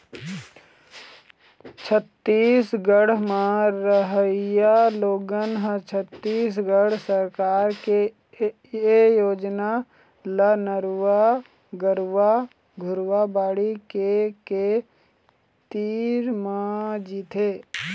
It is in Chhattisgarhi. छत्तीसगढ़ म रहइया लोगन ह छत्तीसगढ़ सरकार के ए योजना ल नरूवा, गरूवा, घुरूवा, बाड़ी के के तीर म जीथे